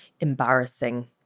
embarrassing